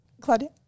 Claudia